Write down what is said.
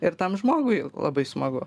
ir tam žmogui labai smagu